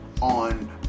on